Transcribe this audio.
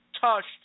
touched